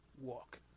walk